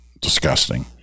disgusting